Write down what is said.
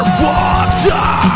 water